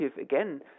again